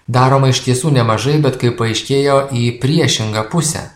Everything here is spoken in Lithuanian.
daroma iš tiesų nemažai bet kaip paaiškėjo į priešingą pusę